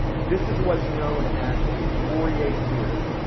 this is what's known as a fourier series.